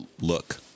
look